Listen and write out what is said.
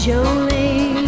Jolene